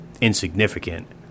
insignificant